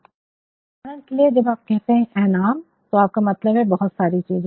उदाहरण के लिए जब आप कहते है ऐन आर्म तो आपका मतलब है बहुत सारी चीज़े